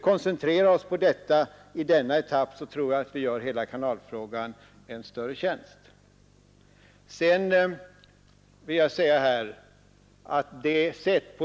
Genom att i denna etapp koncentrera oss på detta tror jag att vi bäst gagnar kanalfrågan.